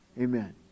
Amen